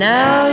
Now